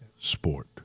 sport